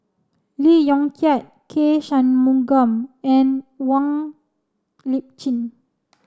Lee Yong Kiat K Shanmugam and Wong Lip Chin